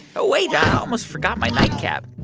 oh, wait. i almost forgot my nightcap